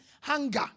hunger